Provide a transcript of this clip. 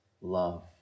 love